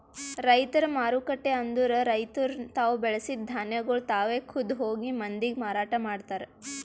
ರೈತರ ಮಾರುಕಟ್ಟೆ ಅಂದುರ್ ರೈತುರ್ ತಾವು ಬೆಳಸಿದ್ ಧಾನ್ಯಗೊಳ್ ತಾವೆ ಖುದ್ದ್ ಹೋಗಿ ಮಂದಿಗ್ ಮಾರಾಟ ಮಾಡ್ತಾರ್